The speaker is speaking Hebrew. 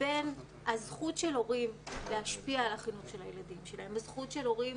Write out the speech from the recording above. בין הזכות של הורים להשפיע על החינוך של הילדים שלהם וזכות של הורים